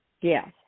Yes